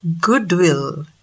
goodwill